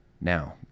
Now